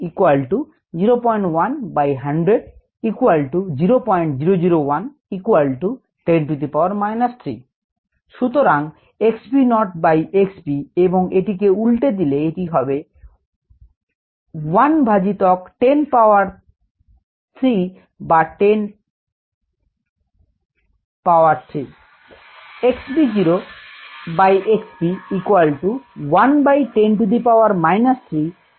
সুতরাং x v naught by x v এবং এটিকে উল্টে দিলে এটি হবে 1 ভাজিতক 10 পাওয়ার 3 বা 10পাওয়ার 3